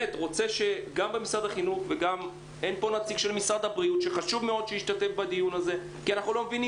חשוב מאוד שנציג משרד הבריאות ישתתף בדיון הזה כי אנחנו לא מבינים